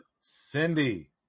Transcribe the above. Cindy